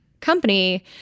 company